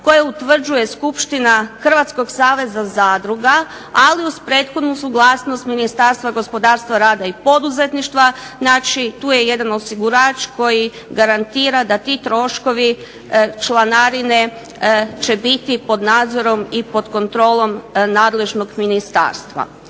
koje utvrđuje Skupština hrvatskog zavoda zadruga, ali uz prethodnu suglasnost Ministarstva gospodarstva, rada i poduzetništva, znači tu je jedan osigurač garantira da ti troškovi, članarine će biti pod nadzorom i kontrolom nadležnog ministarstva.